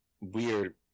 weird